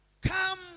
Come